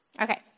Okay